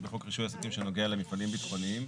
בחוק רישוי עסקים שנוגע למפעלים ביטחוניים.